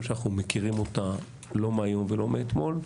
שאנחנו מכירים אותה לא מהיום ולא מאתמול,